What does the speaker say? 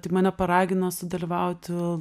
tai mane paragino sudalyvauti